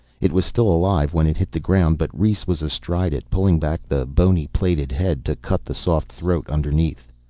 it was still alive when it hit the ground, but rhes was astraddle it, pulling back the bony-plated head to cut the soft throat underneath.